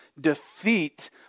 defeat